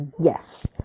yes